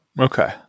Okay